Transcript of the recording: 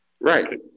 Right